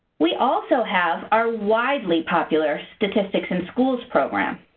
we also have our widely popular statistics in schools program.